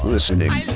Listening